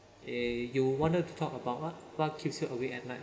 eh you wanted to talk about what what keeps you awake at night